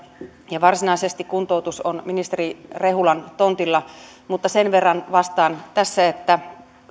ja varsinaisesti kuntoutus on ministeri rehulan tontilla mutta sen verran vastaan tässä että